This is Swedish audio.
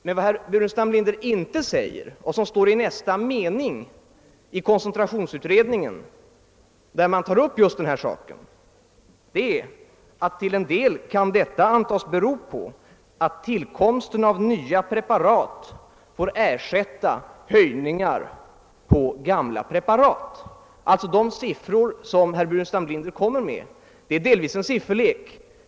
Men vad herr Burenstam Linder inte säger och som står i nästa mening i koncentrationsutredningens betänkande, där man tar upp just denna sak, är att detta förhållande till en del kan antas bero på att tillkomsten av nya preparat får ersätta höjningar på gamla preparat. De siffror som herr Burenstam Linder kommer med blir därför närmast en sifferlek.